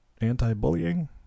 anti-bullying